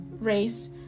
race